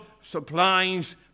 supplies